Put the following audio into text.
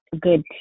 good